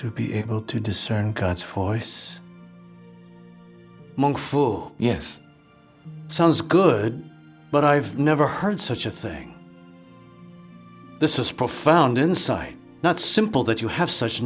to be able to discern because for us among food yes sounds good but i've never heard such a thing this is profound insight not simple that you have such